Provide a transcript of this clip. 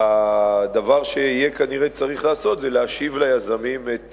הדבר שיהיה כנראה צריך לעשות זה להשיב ליזמים את